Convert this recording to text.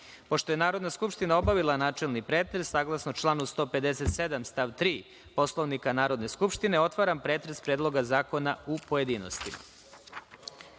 je Narodna skupština obavila načelni pretres, saglasno članu 157. stav 3. Poslovnika Narodne skupštine, otvaram pretres Predloga zakona u pojedinostima. Na